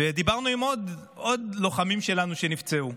דיברנו עם עוד לוחמים שלנו שנפצעו,